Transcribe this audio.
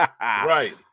Right